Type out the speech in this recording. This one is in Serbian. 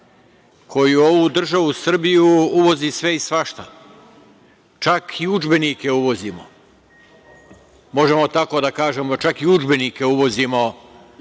koji u ovu državu Srbiju uvozi sve i svašta. Čak i udžbenike uvozimo. Možemo tako da kažemo, da čak i udžbenike uvozimo,